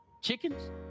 Chickens